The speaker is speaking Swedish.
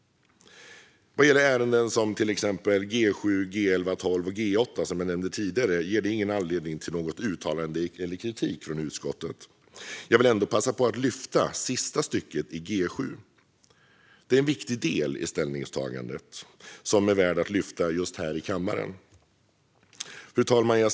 Ärendena G7, G11-12 och G8 som jag nämnde tidigare ger ingen anledning till något uttalande eller någon kritik från utskottet. Gransknings-betänkandeStatsråds tjänsteutöv-ning: vissa ärenden Jag vill ändå passa på att lyfta fram sista stycket i G7, en viktig del i ställningstagandet som är värd att lyfta här i kammaren.